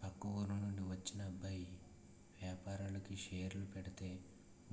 పక్క ఊరి నుండి వచ్చిన అబ్బాయి వేపారానికి షేర్లలో పెడితే